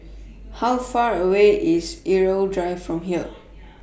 How Far away IS Irau Drive from here